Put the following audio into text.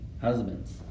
husbands